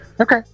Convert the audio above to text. Okay